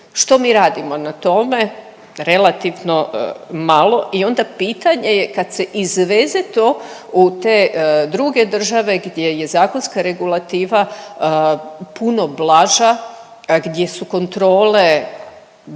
Što mi radimo na tome? Relativno malo i onda pitanje je, kad se izveze to u druge države gdje je zakonska regulativa puno blaža, gdje su kontrole,